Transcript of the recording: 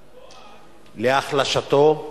להחלשתו,